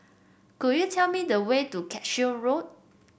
could you tell me the way to Cashew Road